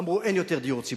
אמרו: אין יותר דיור ציבורי.